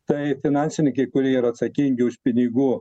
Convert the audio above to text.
tai finansininkai kurie yra atsakingi už pinigų